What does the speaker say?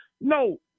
no